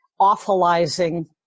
awfulizing